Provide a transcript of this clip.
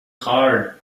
hard